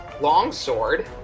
longsword